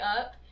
up